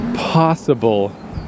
possible